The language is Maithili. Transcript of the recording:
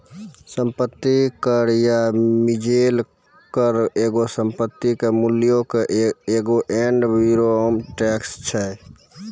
सम्पति कर या मिलेज कर एगो संपत्ति के मूल्यो पे एगो एड वैलोरम टैक्स छै